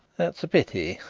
that's a pity,